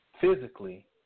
Physically